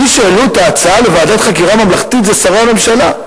מי שהעלו את ההצעה לוועדת חקירה ממלכתית אלה שרי הממשלה.